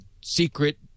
secret